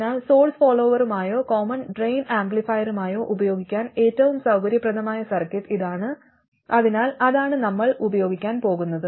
അതിനാൽ സോഴ്സ് ഫോളോവറുമായോ common drain ആംപ്ലിഫയറുമായോ ഉപയോഗിക്കാൻ ഏറ്റവും സൌകര്യപ്രദമായ സർക്യൂട്ട് ഇതാണ് അതിനാൽ അതാണ് നമ്മൾ ഉപയോഗിക്കാൻ പോകുന്നത്